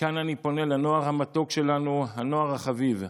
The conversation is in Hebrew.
מכאן אני פונה לנוער המתוק שלנו, הנוער החביב.